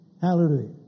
Hallelujah